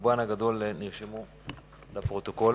רובן הגדול נמסרו לפרוטוקול.